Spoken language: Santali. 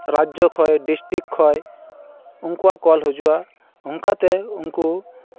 ᱨᱟᱡᱽᱡᱚ ᱠᱷᱚᱡ ᱰᱤᱥᱴᱤᱠ ᱠᱷᱚᱡ ᱩᱱᱠᱚᱣᱟᱜ ᱠᱚᱞ ᱦᱤᱡᱩᱜᱼᱟ ᱚᱱᱠᱟᱛᱮ ᱩᱱᱠᱚ